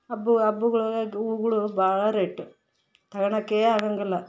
ಹಬ್ಬ ಹಬ್ಬಗಳಗ ಹೂವುಗಳು ಭಾಳ ರೇಟು ತಗೋಳಕ್ಕೇ ಆಗೋಂಗಿಲ್ಲ